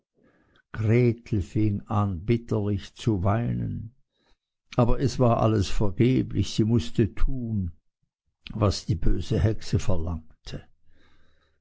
fing an bitterlich zu weinen aber es war alles vergeblich sie mußte tun was die böse hexe verlangte